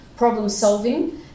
problem-solving